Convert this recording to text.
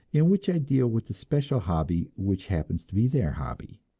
in which i deal with the special hobby which happens to be their hobby!